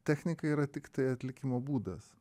technika yra tiktai atlikimo būdas